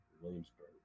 williamsburg